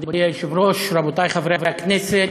מכובדי היושב-ראש, חברי חברי הכנסת,